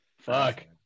Fuck